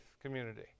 community